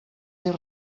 dir